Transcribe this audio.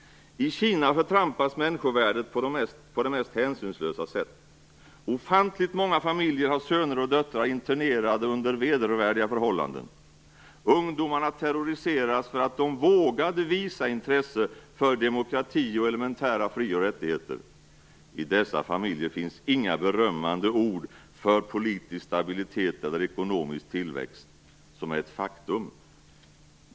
I Kina förtrampas människovärdet på det mest hänsynslösa sätt. Ofantligt många familjer har söner och döttrar internerade under vedervärdiga förhållanden. Ungdomarna terroriseras därför att de vågat visa intresse för demokrati och elementära fri och rättigheter. I dessa familjer finns inga berömmande ord för politisk stabilitet eller ekonomisk tillväxt.